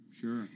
Sure